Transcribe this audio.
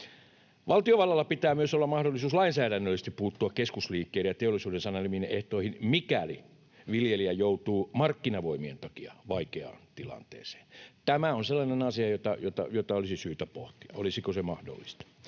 Valtiovallalla pitää myös olla mahdollisuus lainsäädännöllisesti puuttua keskusliikkeiden ja teollisuuden sanelemiin ehtoihin, mikäli viljelijä joutuu markkinavoimien takia vaikeaan tilanteeseen. Tämä on sellainen asia, jota olisi syytä pohtia, olisiko se mahdollista.